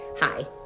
Hi